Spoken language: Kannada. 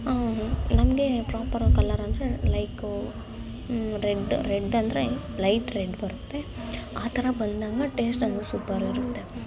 ನಮಗೆ ಪ್ರಾಪರ್ ಕಲರ್ ಅಂದರೆ ಲೈಕ್ ರೆಡ್ ರೆಡ್ ಅಂದರೆ ಲೈಟ್ ರೆಡ್ ಬರುತ್ತೆ ಆ ಥರ ಬಂದಾಗ ಟೇಸ್ಟ್ ಅದು ಸೂಪರ್ ಇರುತ್ತೆ